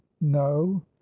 no